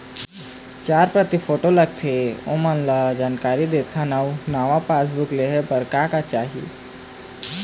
चार प्रति फोटो लगथे ओमन ला जानकारी देथन अऊ नावा पासबुक लेहे बार का का चाही?